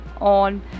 on